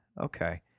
okay